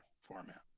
format